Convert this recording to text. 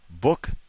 Book